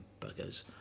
buggers